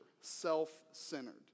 self-centered